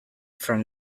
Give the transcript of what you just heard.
from